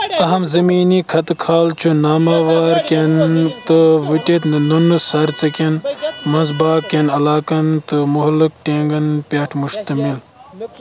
اَہم زٔمیٖنی خطہِ خال چھُ ناہموار کَنیٚن تہٕ وٹِتھ نُنہٕ سر ژٕكین ، منٛز باگ کیٚن علاقن تہٕ مُحلق ٹینگن پیٹھ مُشتِل